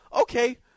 okay